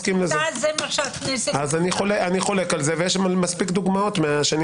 אני חולק על זה ויש מספיק דוגמאות מהשנים